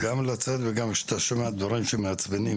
גם לצאת וגם כשאתה שומע דברים שמעצבנים,